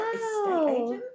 wow